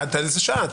עד איזה שעה?